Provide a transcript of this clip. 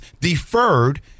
deferred